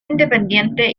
independiente